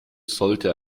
sollte